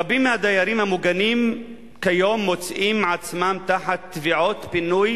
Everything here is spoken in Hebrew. רבים מהדיירים המוגנים כיום מוצאים את עצמם תחת תביעות פינוי